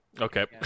Okay